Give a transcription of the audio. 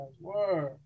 Word